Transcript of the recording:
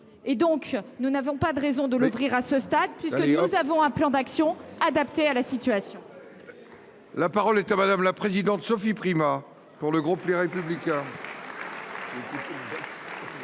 ! Nous n’avons pas de raison de le réviser à ce stade, puisque nous avons un plan d’action adapté à la situation.